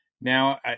now